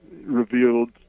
revealed